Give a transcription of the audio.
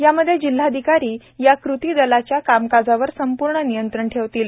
यामध्ये जिल्हाधिकारी हे टास्क फोर्सच्या कामकाजावर संपूर्ण नियंत्रण ठेवतील